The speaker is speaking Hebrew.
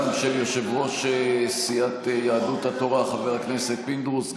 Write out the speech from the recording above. גם של יושב-ראש סיעת יהדות התורה חבר הכנסת פינדרוס,